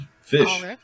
fish